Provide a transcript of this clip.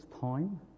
time